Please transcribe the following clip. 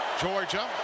Georgia